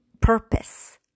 purpose